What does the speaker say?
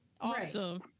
Awesome